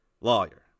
lawyer